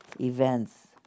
events